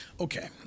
Okay